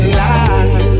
life